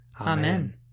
Amen